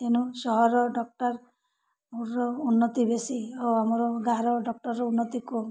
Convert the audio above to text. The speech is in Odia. ତେଣୁ ସହରର ଡକ୍ଟରର ଉନ୍ନତି ବେଶୀ ଆଉ ଆମର ଗାଁର ଡକ୍ଟରର ଉନ୍ନତି କମ୍